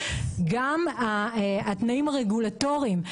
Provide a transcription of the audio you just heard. גם התנאים הרגולטוריים,